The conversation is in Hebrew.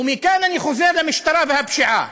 ומכאן אני חוזר למשטרה ולפשיעה.